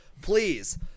please